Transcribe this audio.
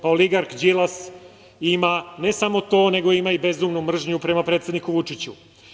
Pa, oligarh Đilas ima ne samo to, ima i bezumnu mržnju prema predsedniku Vučiću.